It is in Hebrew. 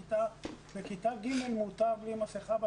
כאשר בכיתה ג' מותר להיות בלי מסכה.